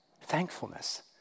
thankfulness